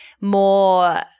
more